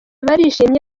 barishimye